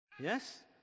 Yes